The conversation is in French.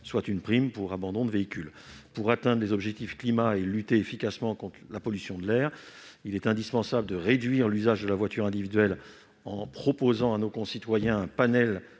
une prime pour abandon de véhicule. Pour atteindre les objectifs climatiques et lutter efficacement contre la pollution de l'air, il est indispensable de réduire l'usage de la voiture individuelle, en proposant à nos concitoyens un panel